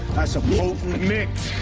that's a potent mix.